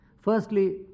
Firstly